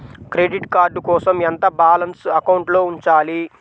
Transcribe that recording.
Credit card కోసం ఎంత balance అకౌంట్లో ఉంచాలి?